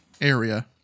area